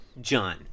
John